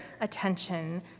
attention